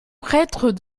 prêtres